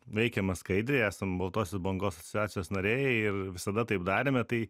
veikiame skaidriai esam baltosios bangos asociacijos nariai ir visada taip darėme tai